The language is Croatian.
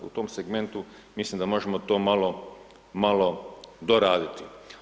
U tom segmentu mislim da možemo to malo doraditi.